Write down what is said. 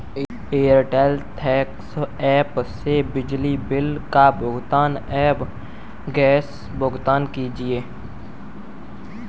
Airtel thanks app से बिजली bill का भुगतान व गैस भुगतान कीजिए